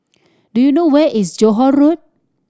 do you know where is Johore Road